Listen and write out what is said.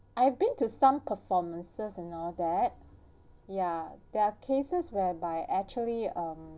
I've been to some performances and all that ya there are cases whereby actually um